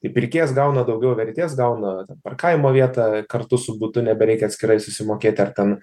tai pirkėjas gauna daugiau vertės gauna ten parkavimo vietą kartu su butu nebereikia atskirai susimokėt ar ten